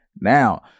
Now